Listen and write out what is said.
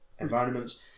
environments